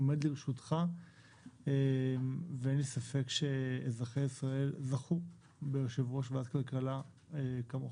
עומד לרשותך ואין לי ספק שאזרחי ישראל זכו ביושב-ראש ועדת כלכלה כמוך,